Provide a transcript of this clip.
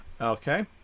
Okay